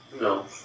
No